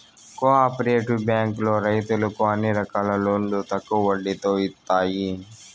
co operative బ్యాంకులో రైతులకు అన్ని రకాల లోన్లు తక్కువ వడ్డీతో ఇత్తాయి